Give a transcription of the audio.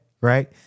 right